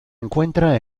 encuentra